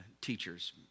teachers